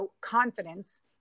confidence